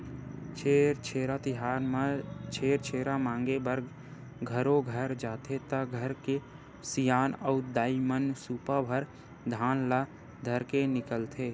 छेरछेरा तिहार म छेरछेरा मांगे बर घरो घर जाथे त घर के सियान अऊ दाईमन सुपा भर धान ल धरके निकलथे